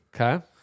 Okay